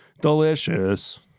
delicious